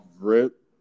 rip